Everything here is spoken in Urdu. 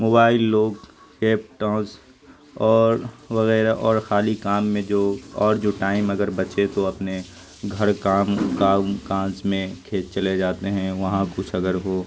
موبائل لوگ لیپٹانس اور وغیرہ اور خالی کام میں جو اور جو ٹائم اگر بچے تو اپنے گھر کام کام کاج میں کھیت چلے جاتے ہیں وہاں کچھ اگر ہو